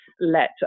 let